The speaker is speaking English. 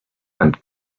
and